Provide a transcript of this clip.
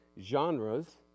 genres